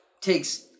takes